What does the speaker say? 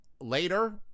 later